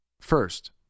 First